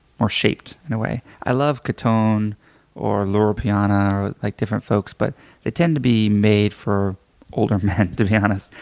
more shaped in a way. i love caton or loro piana or like different different folks but they tend to be made for older men, to be honest.